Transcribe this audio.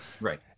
Right